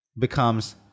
becomes